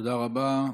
תודה רבה.